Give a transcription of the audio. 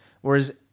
Whereas